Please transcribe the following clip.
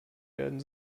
werden